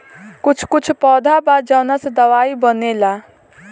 कुछ कुछ पौधा बा जावना से दवाई बनेला